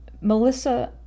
Melissa